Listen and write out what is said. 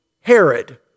Herod